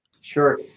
Sure